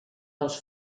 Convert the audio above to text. dels